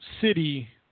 city